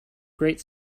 great